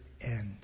end